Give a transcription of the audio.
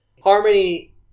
Harmony